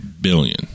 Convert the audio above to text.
billion